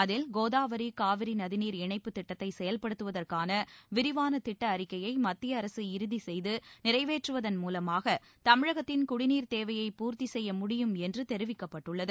அதில் கோதாவரி காவிரி நதிநீர் இணைப்புத் திட்டத்தை செயல்படுத்துவதற்கான விரிவான திட்ட அறிக்கையை மத்திய அரசு இறுதி செய்து நிறைவேற்றுவதன் மூலமாக தமிழகத்தின் குடிநீர்த் தேவையை பூர்த்தி செய்ய முடியும் என்று தெரிவிக்கப்பட்டுள்ளது